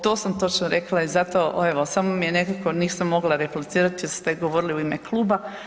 To sam točno rekla, i zato evo, samo mi je nekako, nisam mogla replicirati jer ste govorili u ime kluba.